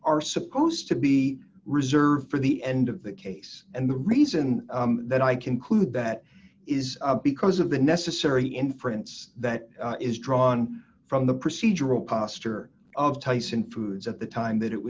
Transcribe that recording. are supposed to be reserved for the end of the case and the reason that i conclude that is because of the necessary inference that is drawn from the procedural posture of tyson foods at the time that it